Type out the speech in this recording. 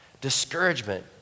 discouragement